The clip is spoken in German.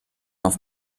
auf